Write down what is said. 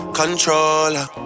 controller